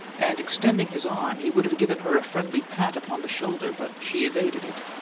and, extending his arm, he would have given her a friendly pat upon the shoulder but she evaded it.